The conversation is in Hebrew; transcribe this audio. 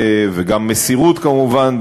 וגם מסירות כמובן,